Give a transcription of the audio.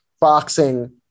boxing